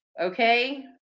Okay